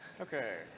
Okay